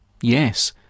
Yes